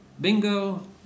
Bingo